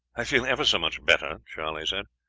i feel ever so much better charley said.